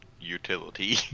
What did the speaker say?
utility